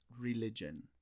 religion